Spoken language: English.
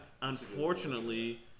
Unfortunately